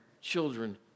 children